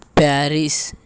Paris